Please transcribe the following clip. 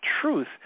truth